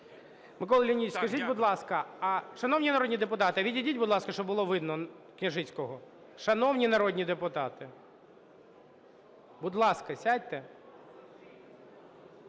скажіть будь ласка… Шановні народні депутати, відійдіть, будь ласка, щоб було видно Княжицького. Шановні народні депутати! Будь ласка, сядьте.